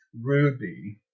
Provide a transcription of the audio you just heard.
ruby